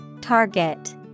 Target